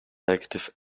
negative